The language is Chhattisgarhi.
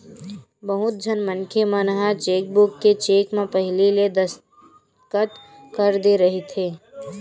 बहुत झन मनखे मन ह चेकबूक के चेक म पहिली ले दस्कत कर दे रहिथे